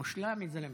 מושלם, יא זלמה.